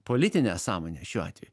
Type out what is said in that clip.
politinę sąmonę šiuo atveju